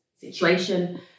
situation